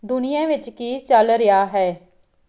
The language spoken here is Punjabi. ਦੁਨੀਆ ਵਿੱਚ ਕੀ ਚੱਲ ਰਿਹਾ ਹੈ